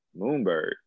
moonbird